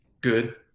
Good